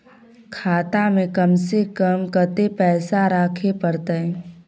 खाता में कम से कम कत्ते पैसा रखे परतै?